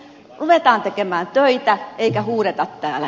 ruvetaan tekemään töitä eikä huudeta täällä